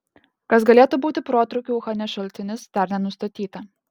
kas galėtų būti protrūkio uhane šaltinis dar nenustatyta